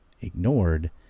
ignored